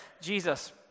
Jesus